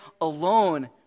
alone